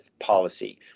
policy